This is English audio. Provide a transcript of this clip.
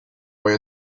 way